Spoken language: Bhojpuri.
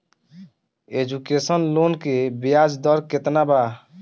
एजुकेशन लोन के ब्याज दर केतना बा?